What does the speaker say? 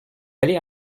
aller